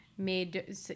made